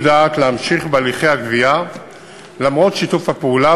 דעת להמשיך בהליכי הגבייה למרות שיתוף הפעולה,